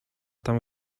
tam